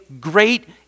great